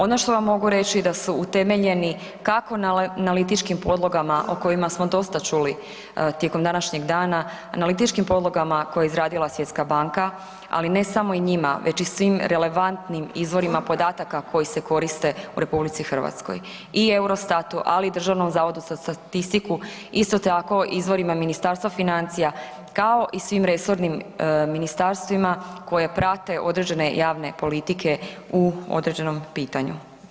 Ono što vam mogu reći da su utemeljeni kako na analitičkim podlogama o kojima smo dosta čuli tijekom današnjeg dana, analitičkim podlogama koje je izradila Svjetska banka, ali ne samo i njima već i svim relevantnim izvorima podataka koji se koriste u RH i Eurostatu, ali i Državnom zavodu za statistiku isto tako izvorima Ministarstva financija kao i svim resornim ministarstvima koje prate određene javne politike u određenom pitanju.